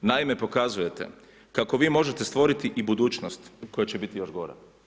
Naime, pokazujete kako vi možete stvoriti i budućnost koja će biti još gora.